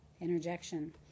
Interjection